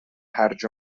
هرج